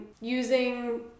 using